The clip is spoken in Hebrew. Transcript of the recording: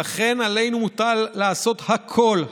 ולכן עלינו מוטל לעשות הכול,